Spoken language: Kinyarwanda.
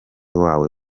wawe